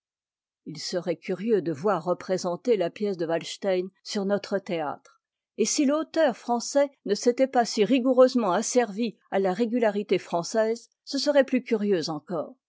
h serait curieux de voir représenter ta pièce de walstein sur notre théâtre et si l'auteur français ne s'était pas si rigoureusement asservi à la régularité française ce serait plus curieux encore